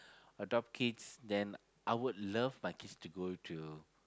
adopt kids then I would love my kids to go to